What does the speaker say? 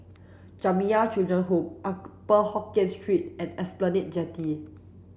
Jamiyah Children's Home Upper Hokkien Street and Esplanade Jetty